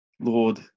Lord